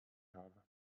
however